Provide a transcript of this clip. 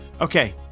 Okay